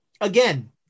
Again